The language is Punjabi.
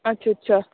ਅੱਛਾ ਅੱਛਾ